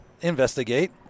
Investigate